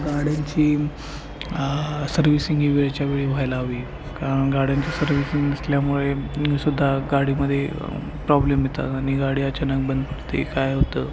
गाड्यांची सर्व्हिसिंग ही वेळच्या वेळी व्हायला हवी कारण गाड्यांची सर्व्हिसिंग नसल्यामुळे सुद्धा गाडीमध्ये प्रॉब्लेम येतात आणि गाडी अचानक बंद पडते काय होतं